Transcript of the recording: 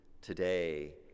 today